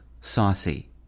saucy